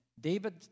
David